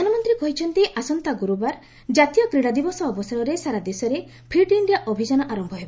ପ୍ରଧାନମନ୍ତ୍ରୀ କହିଛନ୍ତି ଆସନ୍ତା ଗୁରୁବାର କ୍ରାତୀୟ କ୍ରୀଡ଼ା ଦିବସ ଅବସରରେ ସାରା ଦେଶରେ ଫିଟ୍ ଇଣ୍ଡିଆ ଅଭିଯାନ ଆରମ୍ଭ ହେବ